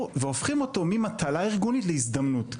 והופכים אותו ממטלה ארגונית להזדמנות.